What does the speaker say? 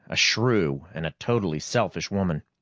a shrew, and a totally selfish woman.